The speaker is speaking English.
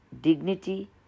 dignity